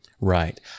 right